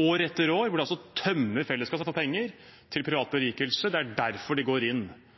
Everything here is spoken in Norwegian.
år etter år hvor de altså tømmer felleskassen for penger til privat berikelse – det er derfor de går inn